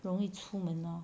容易出门 lor